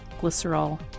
glycerol